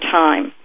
time